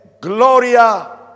gloria